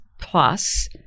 plus